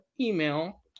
email